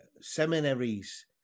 seminaries